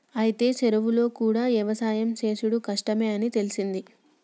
అయితే చెరువులో యవసాయం సేసుడు కూడా కష్టమే అని తెలిసింది